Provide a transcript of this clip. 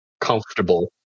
comfortable